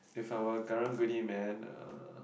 if I were a karung-guni man uh